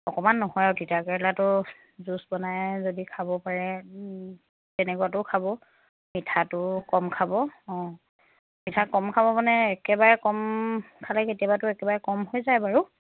অকমান নহয় আৰু তিতা কেৰেলাটো জুচ বনাই যদি খাব পাৰে তেনেকুৱাটোও খাব মিঠাটো কম খাব অঁ মিঠা কম খাব মানে একেবাৰে কম খালে কেতিয়াবাতো একেবাৰে কম হৈ যায় বাৰু